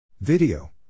Video